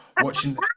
watching